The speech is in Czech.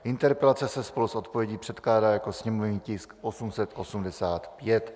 Interpelace se spolu s odpovědí předkládá jako sněmovní tisk 885.